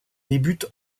débute